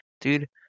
dude